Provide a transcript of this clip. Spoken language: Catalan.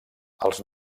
els